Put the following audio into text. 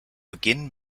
beginn